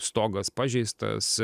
stogas pažeistas